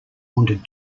wanted